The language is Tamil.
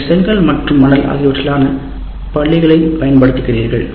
நீங்கள் செங்கல் மற்றும் மணல் ஆகியவற்றாலான பள்ளிகளைப் பயன்படுத்துகிறீர்கள்